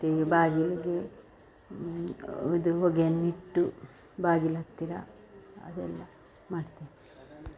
ಮತ್ತು ಬಾಗಿಲಿಗೆ ಇದು ಹೊಗೆಯನ್ನಿಟ್ಟು ಬಾಗಿಲತ್ತಿರ ಅದೆಲ್ಲ ಮಾಡ್ತೇನೆ